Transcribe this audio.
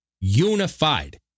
unified